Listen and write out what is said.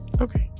Okay